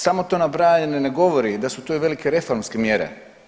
Samo to nabrajanje ne govori da su tu i velike reformske mjere.